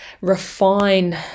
refine